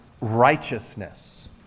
righteousness